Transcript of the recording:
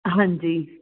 ਹਾਂਜੀ